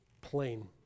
plain